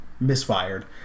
Misfired